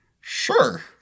Sure